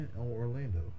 Orlando